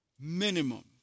Minimum